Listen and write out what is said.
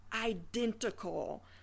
identical